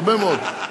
הרבה מאוד.